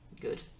good